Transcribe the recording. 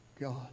God